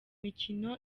mikino